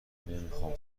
نمیخام